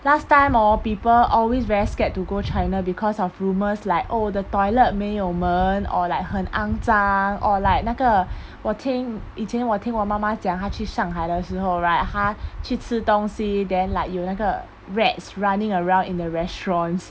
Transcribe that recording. last time orh people always very scared to go china because of rumours oh the toilet 没有门 or like 很肮脏 or like 那个我听以前我听我妈妈讲她去上海的时候 right 她去吃东西 then like 有那个 rats running around in the restaurants